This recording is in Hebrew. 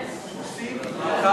לא